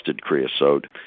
creosote